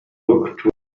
look